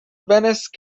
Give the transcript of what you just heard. venice